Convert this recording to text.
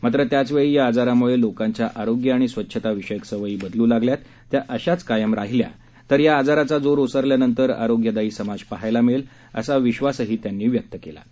मात्र त्याचवेळी या आजारामुळे लोकांच्या आरोग्य आणि स्वच्छताविषयक सवयी बदलू लागल्या आहेत त्या अशाच कायम राहिल्या तर या आजाराचा जोर ओसरल्यानंतर आरोग्यदायी समाज पाहायला मिळेल असा विश्वासही हर्षवर्धन यांनी व्यक्त केला आहे